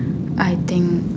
I think